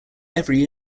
every